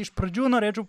iš pradžių norėčiau